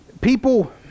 People